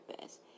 best